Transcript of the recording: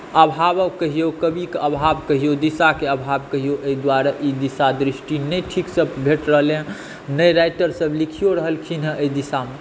अभावके कहियौ कविके अभाव कहियौ दिशाके अभाव कहियौ एहि दुआरे ई दिशा दृष्टि नहि ठीकसँ भेट रहलै हेँ ने राइटर सभ लिखियो रहलखिन हेँ एहि दिशामे